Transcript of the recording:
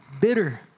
bitter